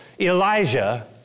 Elijah